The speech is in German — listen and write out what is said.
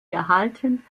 erhalten